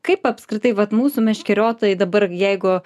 kaip apskritai vat mūsų meškeriotojai dabar jeigu